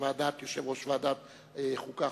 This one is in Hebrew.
יושב-ראש ועדת החוקה,